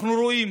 אנחנו רואים